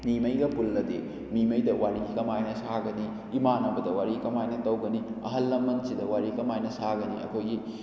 ꯃꯤꯡꯉꯩꯒ ꯄꯨꯜꯂꯗꯤ ꯃꯤꯉꯩꯗ ꯋꯥꯔꯤ ꯀꯃꯥꯏꯅ ꯁꯥꯒꯅꯤ ꯏꯃꯥꯟꯅꯕꯗ ꯋꯥꯔꯤ ꯀꯃꯥꯏꯅ ꯇꯧꯒꯅꯤ ꯑꯍꯜ ꯂꯃꯟꯁꯤꯗ ꯋꯥꯔꯤ ꯀꯃꯥꯏꯅ ꯁꯥꯒꯅꯤ ꯑꯩꯈꯣꯏꯒꯤ